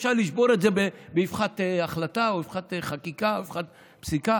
שאפשר לשבור את זה באבחת החלטה או באבחת חקיקה או באבחת פסיקה?